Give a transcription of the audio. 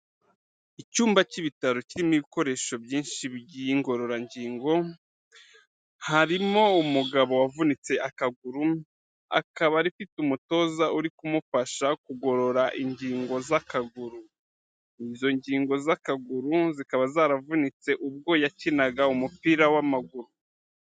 Icyumba cy'ibitaro kirimo ibikoresho byinshi by'ingororangingo, harimo umugabo wavunitse akaguru, akaba afite umutoza uri kumufasha kugorora ingingo z'akaguru. Izo ngingo z'akaguru zikaba zaravunitse ubwo yakinaga umupira w'amaguru.